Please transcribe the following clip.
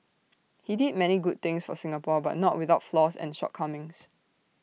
he did many good things for Singapore but not without flaws and shortcomings